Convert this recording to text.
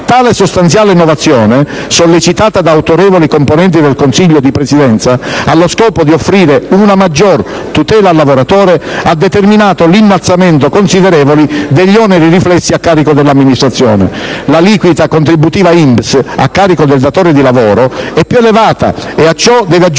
Tale sostanziale innovazione, sollecitata da autorevoli componenti del Consiglio di Presidenza allo scopo di offrire una maggior tutela al lavoratore, ha determinato l'innalzamento considerevole degli oneri riflessi a carico dell'Amministrazione (l'aliquota contributiva INPS a carico del datore di lavoro è più elevata, e a ciò deve aggiungersi il costo relativo